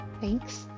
thanks